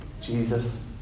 Jesus